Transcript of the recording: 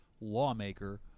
lawmaker